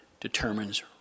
determines